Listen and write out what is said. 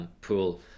pool